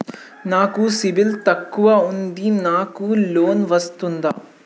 నాకు సిబిల్ తక్కువ ఉంది నాకు లోన్ వస్తుందా?